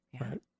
Right